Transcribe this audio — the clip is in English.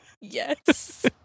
Yes